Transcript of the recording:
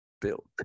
Built